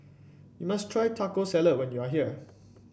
you must try Taco Salad when you are here